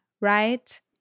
right